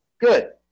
Good